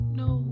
no